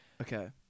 Okay